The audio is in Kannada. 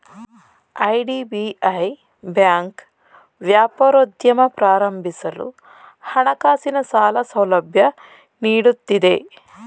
ಐ.ಡಿ.ಬಿ.ಐ ಬ್ಯಾಂಕ್ ವ್ಯಾಪಾರೋದ್ಯಮ ಪ್ರಾರಂಭಿಸಲು ಹಣಕಾಸಿನ ಸಾಲ ಸೌಲಭ್ಯ ನೀಡುತ್ತಿದೆ